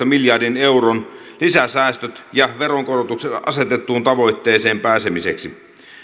miljardin euron lisäsäästöt ja veronkorotukset asetettuun tavoitteeseen pääsemiseksi